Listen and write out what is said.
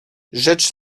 rzecz